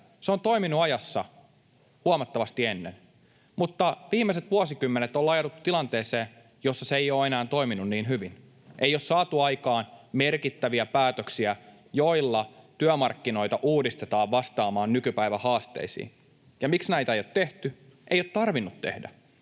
Se on toiminut ajassa huomattavasti ennen, mutta viimeiset vuosikymmenet on jouduttu tilanteeseen, jossa se ei ole enää toiminut niin hyvin. Ei ole saatu aikaan merkittäviä päätöksiä, joilla työmarkkinoita uudistetaan vastaamaan nykypäivän haasteisiin. Ja miksi näitä ei ole tehty? Ei ole tarvinnut tehdä,